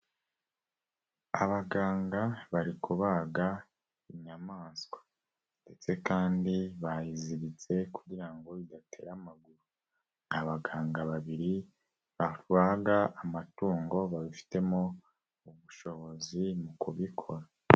Abaganga bari kubaga inyamaswa ndetse kandi bayiziritse kugira ngo idatera amaguru, abaganga babiri bavanga amatungo babifitemo ubushobozi mu kubikora.